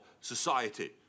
society